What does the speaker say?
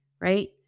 right